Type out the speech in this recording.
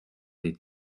les